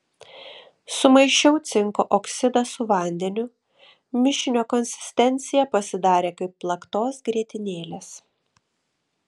sumaišiau cinko oksidą su vandeniu mišinio konsistencija pasidarė kaip plaktos grietinėlės